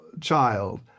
child